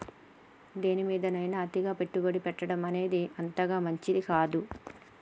దేనిమీదైనా అతిగా పెట్టుబడి పెట్టడమనేది అంతగా మంచిది కాదు